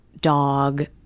dog